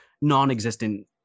non-existent